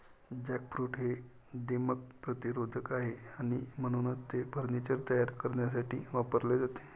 jackfruit हे दीमक प्रतिरोधक आहे आणि म्हणूनच ते फर्निचर तयार करण्यासाठी वापरले जाते